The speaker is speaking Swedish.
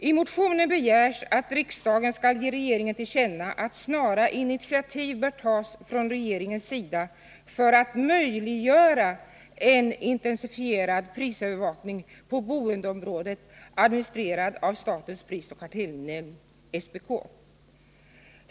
I motionen begärs att riksdagen skall ge regeringen till känna att snara initiativ bör tas från regeringens sida för att möjliggöra en intensifierad prisövervakning på boendeområdet, administrerad av statens prisoch kartellnämnd, SPK.